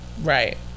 Right